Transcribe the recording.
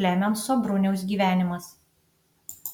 klemenso bruniaus gyvenimas